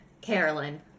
Carolyn